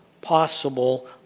possible